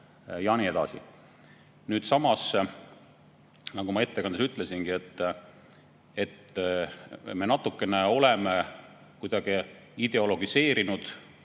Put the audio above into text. ja nii edasi. Samas, nagu ma ettekandes ütlesin, et me oleme kuidagi ideologiseerinud